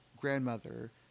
grandmother